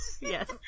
yes